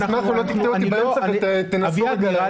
אשמח אם לא תקטעו אותי באמצע ותנסו רגע